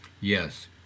Yes